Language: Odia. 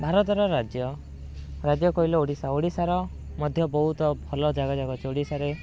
ଭାରତର ରାଜ୍ୟ ରାଜ୍ୟ କହିଲେ ଓଡ଼ିଶା ଓଡ଼ିଶାର ମଧ୍ୟ ବହୁତ ଭଲ ଜାଗା ଯାକ ଅଛି ଓଡ଼ିଶାରେ